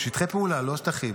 שטחי פעולה, לא שטחים.